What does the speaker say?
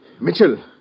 Mitchell